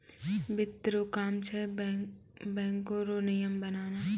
वित्त रो काम छै बैको रो नियम बनाना